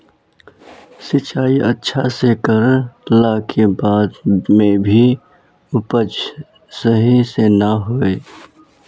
सिंचाई अच्छा से कर ला के बाद में भी उपज सही से ना होय?